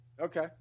Okay